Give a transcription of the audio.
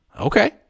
Okay